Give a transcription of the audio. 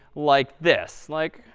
like this. like,